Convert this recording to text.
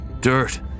dirt